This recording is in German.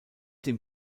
dem